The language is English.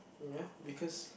ya because